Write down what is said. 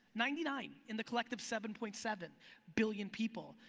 ninety nine in the collective seven point seven billion people.